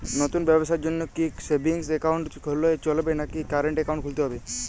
নতুন ব্যবসার জন্যে কি সেভিংস একাউন্ট হলে চলবে নাকি কারেন্ট একাউন্ট খুলতে হবে?